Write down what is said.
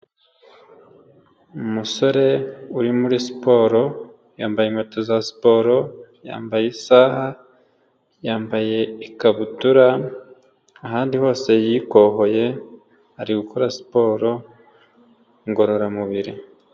Umusore uri muri siporo, yambaye inkweto za siporo, yambaye isaha, yambaye ikabutura, ahandi hose yikohoye, ari gukora siporo ngororamubiri.